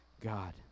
God